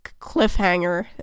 cliffhanger